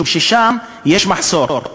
משום ששם יש מחסור.